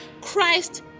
Christ